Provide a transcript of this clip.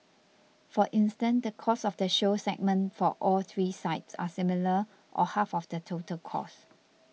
for instance the cost of the show segment for all three sites are similar or half of the total costs